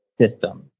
system